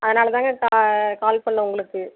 அதனால் தாங்க கா கால் பண்ணேன் உங்களுக்கு